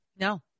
No